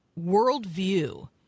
worldview